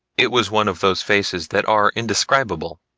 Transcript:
it was one of those faces that are indescribable.